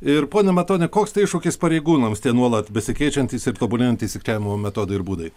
ir pone matoni koks tai iššūkis pareigūnams tie nuolat besikeičiantys ir tobulėjantys sukčiavimo metodai ir būdai